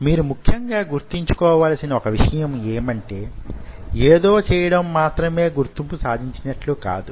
మీరు ముఖ్యంగా గుర్తుంచుకోవలసిన వొక విషయం యేమంటే యేదో చేయడం మాత్రమే గుర్తింపు సాధించినట్లు కాదు